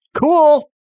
Cool